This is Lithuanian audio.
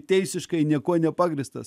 teisiškai niekuo nepagrįstas